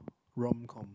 romcom